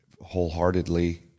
wholeheartedly